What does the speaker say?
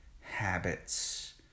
habits